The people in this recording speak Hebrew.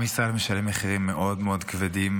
עם ישראל משלם מחירים מאוד מאוד כבדים,